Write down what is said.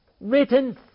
Written